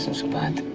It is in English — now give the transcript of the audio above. so bad